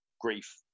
grief